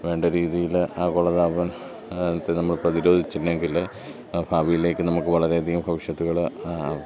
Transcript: വേണ്ട രീതിയിൽ ആ ആഗോളതാപനത്തെ നമ്മൾ പ്രതിരോധിച്ചില്ലെങ്കിൽ ഭാവിയിലേക്ക് നമുക്ക് വളരെയധികം ഭവിഷ്യത്തുകൾ